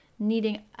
needing